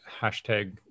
hashtag